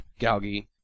Galgi